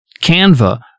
Canva